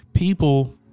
People